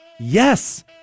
Yes